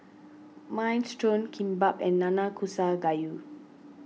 Minestrone Kimbap and Nanakusa Gayu